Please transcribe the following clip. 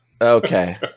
Okay